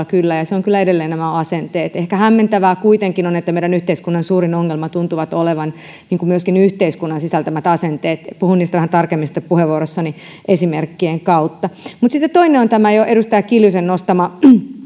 kyllä ja se on kyllä edelleen nämä asenteet ehkä hämmentävää kuitenkin on että meidän yhteiskunnan suurin ongelma tuntuvat olevan yhteiskunnan sisältämät asenteet puhun niistä vähän tarkemmin sitten puheenvuorossani esimerkkien kautta mutta sitten toinen on tämä jo edustaja kiljusen nostama